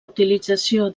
utilització